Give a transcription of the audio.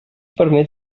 permet